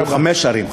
היו חמש ערים.